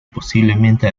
posiblemente